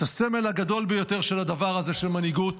את הסמל הגדול ביותר של הדבר הזה של מנהיגות